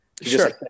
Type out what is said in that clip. Sure